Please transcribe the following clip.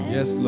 Yes